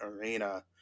arena